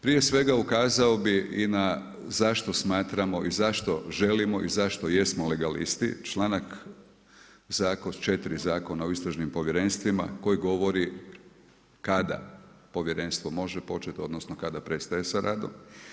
Prije svega ukazao bih i na zašto smatramo i zašto želimo i zašto jesmo legalisti, članak 4. Zakona o istražnim povjerenstvima koji govori kada povjerenstvo može početi, odnosno kada prestaje sa radom.